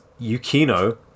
Yukino